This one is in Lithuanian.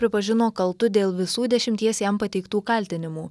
pripažino kaltu dėl visų dešimties jam pateiktų kaltinimų